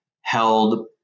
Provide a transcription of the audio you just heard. held